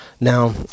Now